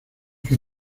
que